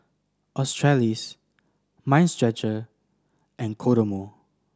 Australis Mind Stretcher and Kodomo